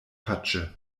patsche